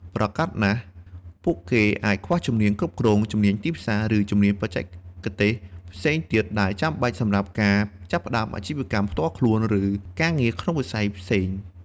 ប្រាកដណាស់ ពួកគេអាចខ្វះជំនាញគ្រប់គ្រង ជំនាញទីផ្សារ ឬជំនាញបច្ចេកទេសផ្សេងទៀតដែលចាំបាច់សម្រាប់ការចាប់ផ្តើមអាជីវកម្មផ្ទាល់ខ្លួន ឬការងារក្នុងវិស័យផ្សេង។